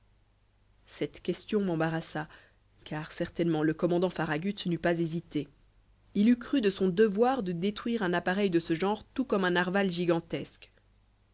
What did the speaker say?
cette question m'embarrassa car certainement le commandant farragut n'eût pas hésité il eût cru de son devoir de détruire un appareil de ce genre tout comme un narwal gigantesque